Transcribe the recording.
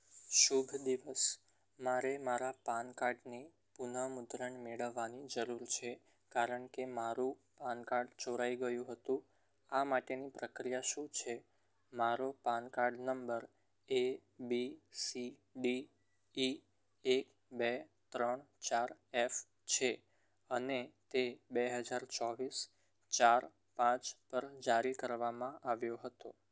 શુભ દિવસ મારે મારા પાનકાર્ડની પુનઃમુદ્રણ મેળવવાની જરૂર છે કારણ કે મારું પાનકાર્ડ ચોરાઇ ગયું હતું આ માટેની પ્રક્રિયા શું છે મારો પાનકાર્ડ number A B C D E એક બે ત્રણ ચાર એફ છે અને તે બે હજાર ચોવીસ ચાર પાંચ પર જારી કરવામાં આવ્યો હતો